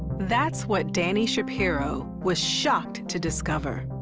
that's what dani shapiro was shocked to discover.